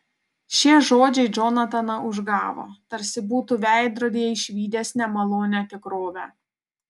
šie žodžiai džonataną užgavo tarsi būtų veidrodyje išvydęs nemalonią tikrovę